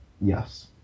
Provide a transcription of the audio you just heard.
Yes